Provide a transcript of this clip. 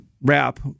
wrap